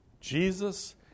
Jesus